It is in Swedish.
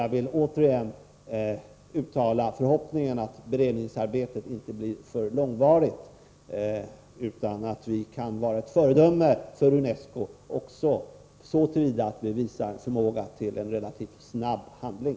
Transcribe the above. Jag vill återigen uttala förhoppningen att beredningsarbetet inte blir för långvarigt, utan att vi kan vara ett föredöme för UNESCO också så till vida att vi visar förmåga till relativt snabb handling.